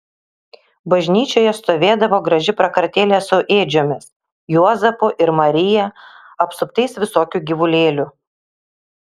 bažnyčioje stovėdavo graži prakartėlė su ėdžiomis juozapu ir marija apsuptais visokių gyvulėlių